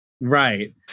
Right